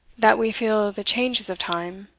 that we feel the changes of time.